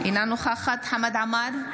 אינה נוכחת חמד עמאר,